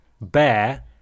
bear